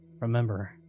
remember